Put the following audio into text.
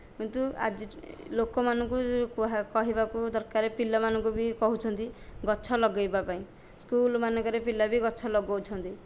କିନ୍ତୁ ଆଜିଠୁ ଲୋକ ମାନଙ୍କୁ କୁହା କହିବାକୁ ଦରକାର ପିଲା ମାନଙ୍କୁ ବି କହୁଛନ୍ତି ଗଛ ଲଗାଇବା ପାଇଁ ସ୍କୁଲ ମାନଙ୍କରେ ପିଲା ବି ଗଛ ଲଗାଉଛନ୍ତି